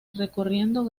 recorriendo